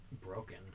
broken